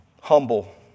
humble